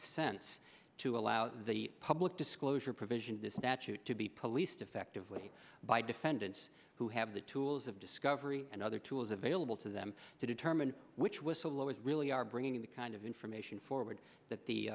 sense to allow the public disclosure provision of this statute to be policed effectively by defendants who have the tools of discovery and other tools available to them to determine which whistleblowers really are bringing the kind of information forward that the